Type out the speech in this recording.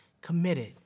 committed